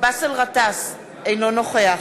באסל גטאס, אינו נוכח